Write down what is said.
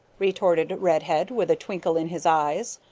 retorted redhead with a twinkle in his eyes.